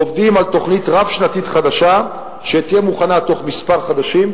עובדים על תוכנית רב-שנתית חדשה שתהיה מוכנה תוך כמה חודשים,